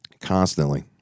constantly